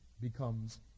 becomes